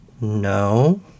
no